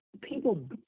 people